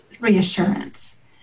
reassurance